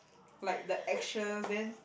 like the actions then